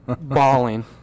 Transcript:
bawling